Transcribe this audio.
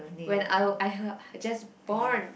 when I I I just born